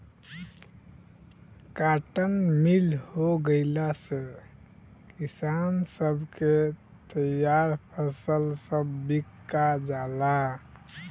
cotton mill हो गईला से किसान सब के तईयार फसल सब बिका जाला